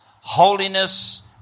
Holiness